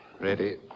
Ready